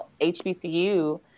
HBCU